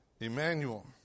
Emmanuel